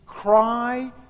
cry